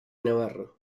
navarro